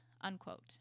unquote